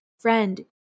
Friend